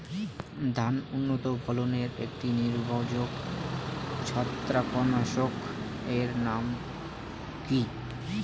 ধান উন্নত ফলনে একটি নির্ভরযোগ্য ছত্রাকনাশক এর নাম কি?